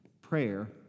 prayer